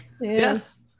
Yes